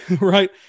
right